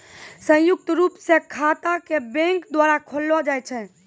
संयुक्त रूप स खाता क बैंक द्वारा खोललो जाय छै